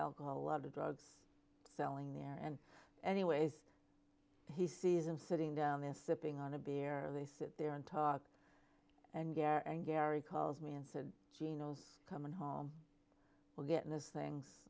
alcohol a lot of drugs selling there and anyways he sees him sitting down there sipping on a beer they sit there and talk and gary and gary calls me and said gino's coming home we're getting this things